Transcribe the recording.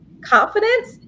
confidence